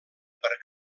per